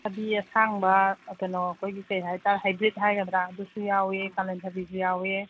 ꯊꯕꯤ ꯑꯁꯥꯡꯕ ꯀꯩꯅꯣ ꯑꯩꯈꯣꯏꯒꯤ ꯀꯩ ꯍꯥꯏꯇꯥꯔꯦ ꯍꯥꯏꯕ꯭ꯔꯤꯠ ꯍꯥꯏꯒꯗ꯭ꯔꯥ ꯑꯗꯨꯁꯨ ꯌꯥꯎꯏ ꯀꯥꯂꯦꯟ ꯊꯕꯤꯁꯨ ꯌꯥꯎꯏ